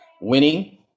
winning